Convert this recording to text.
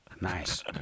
nice